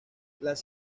las